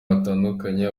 batandukanye